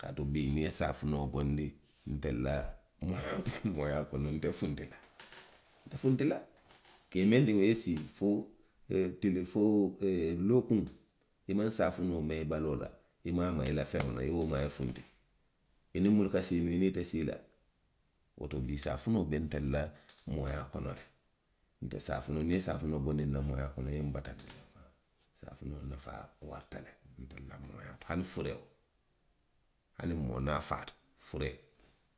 Kaatu bii, niŋ i ye saafinoo bondi ntelu la mooyaa kono, ite funti la. Nte funti la. Kee mendiŋo i ye sii fo e, tili, fo ee lookuŋo, i maŋ saafinoo maa i baloo la, i maŋ a maa i la feŋolu la, i wo maa ye funti. i niŋ munnu ka sii, i niŋ ite sii la, woto bii saafinoo be ntelu la mooyaa kono le. Nte saafinoo, niŋ i ye saafinoo bondi nna mooyaa kono, i ye nbataandi le. A nafaa warata le ntelu la mooyaa to. Hani fureo. hani moo niŋ a faata, furee.